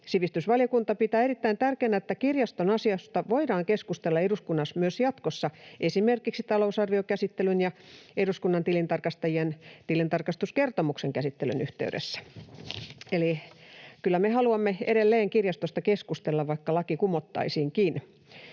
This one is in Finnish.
Sivistysvaliokunta pitää erittäin tärkeänä, että kirjaston asioista voidaan keskustella eduskunnassa myös jatkossa, esimerkiksi talousarviokäsittelyn ja eduskunnan tilintarkastajien tilintarkastuskertomuksen käsittelyn yhteydessä. Eli kyllä me haluamme edelleen kirjastosta keskustella, vaikka laki kumottaisiinkin.